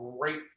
great